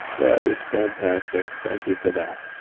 that is fantastic. thank you for that.